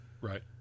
right